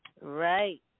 Right